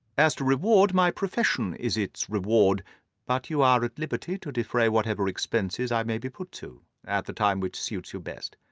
as to reward, my profession is its own reward but you are at liberty to defray whatever expenses i may be put to, at the time which suits you best.